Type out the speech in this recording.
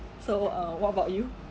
so uh what about you